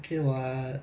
you were